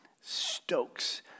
stokes